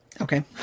Okay